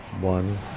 one